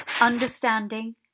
understanding